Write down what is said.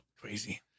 crazy